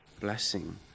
blessing